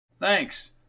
Thanks